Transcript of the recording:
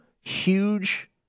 huge